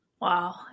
Wow